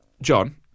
John